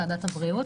ועדת הבריאות.